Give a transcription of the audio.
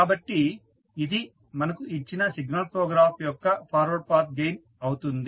కాబట్టి ఇది మనకు ఇచ్చిన సిగ్నల్ ఫ్లో గ్రాఫ్ యొక్క ఫార్వర్డ్ పాత్ గెయిన్ అవుతుంది